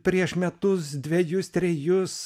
prieš metus dvejus trejus